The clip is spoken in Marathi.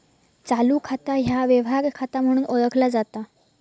चालू खाता ह्या व्यवहार खाता म्हणून ओळखला जाता